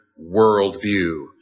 worldview